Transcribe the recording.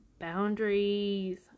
boundaries